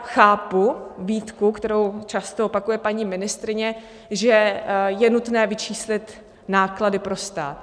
Chápu výtku, kterou často opakuje paní ministryně, že je nutné vyčíslit náklady pro stát.